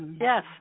yes